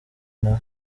nawe